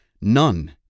none